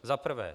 Za prvé.